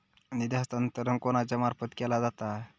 निधी हस्तांतरण कोणाच्या मार्फत केला जाता?